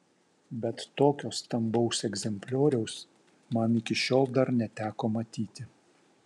bet tokio stambaus egzemplioriaus man iki šiol dar neteko matyti